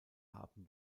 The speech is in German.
haben